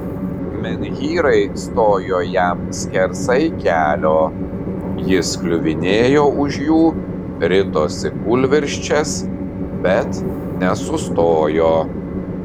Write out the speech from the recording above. menhyrai stojo jam skersai kelio jis kliuvinėjo už jų ritosi kūlvirsčias bet nesustojo